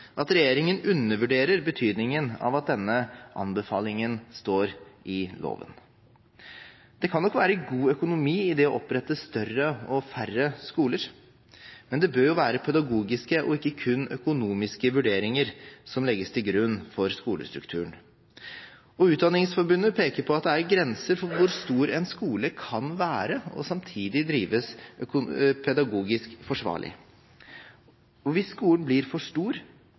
at regjeringen undervurderer betydningen av at denne anbefalingen står i loven. Det kan nok være god økonomi i det å opprette større og færre skoler, men det bør jo være pedagogiske og ikke kun økonomiske vurderinger som legges til grunn for skolestrukturen. Utdanningsforbundet peker på at det er grenser for hvor stor en skole kan være og samtidig drives pedagogisk forsvarlig. Hvis skolen blir for stor,